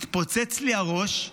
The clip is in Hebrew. מתפוצץ לי הראש.